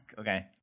Okay